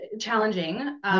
challenging